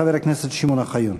חבר הכנסת שמעון אוחיון.